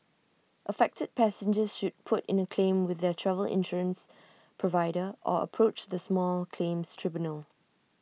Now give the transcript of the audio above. affected passengers should put in the claim with their travel insurance provider or approach the small claims tribunal